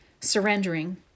surrendering